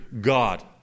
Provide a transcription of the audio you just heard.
God